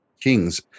kings